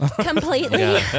Completely